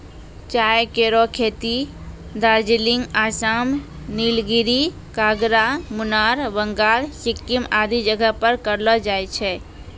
चाय केरो खेती दार्जिलिंग, आसाम, नीलगिरी, कांगड़ा, मुनार, बंगाल, सिक्किम आदि जगह पर करलो जाय छै